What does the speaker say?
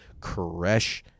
Koresh